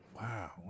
Wow